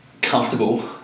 comfortable